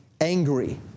angry